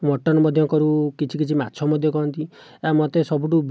mutton ମଧ୍ୟ କରୁ କିଛି କିଛି ମାଛ ମଧ୍ୟ କହନ୍ତି ମୋତେ ସବୁଠୁ